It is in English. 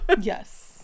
Yes